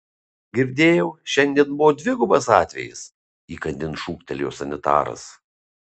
girdėjau šiandien buvo dvigubas atvejis įkandin šūktelėjo sanitaras